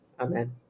Amen